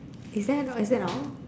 is that no is that no